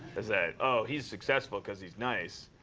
is that, oh, he's successful because he's nice.